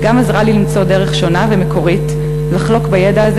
וגם עזרה לי למצוא דרך שונה ומקורית לחלוק את הידע הזה